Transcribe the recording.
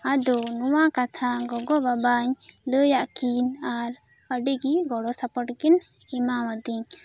ᱟᱫᱚ ᱱᱚᱶᱟ ᱠᱟᱛᱷᱟ ᱜᱚᱜᱚ ᱵᱟᱵᱟᱧ ᱞᱟᱹᱭ ᱟᱫᱠᱤᱱᱟ ᱟᱨ ᱟᱹᱰᱤ ᱜᱮ ᱜᱚᱲᱚ ᱥᱚᱯᱚᱦᱚᱫ ᱠᱤᱱ ᱮᱢᱟᱣᱟᱫᱤᱧᱟ